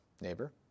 Neighbor